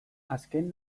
azken